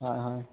হয় হয়